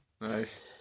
Nice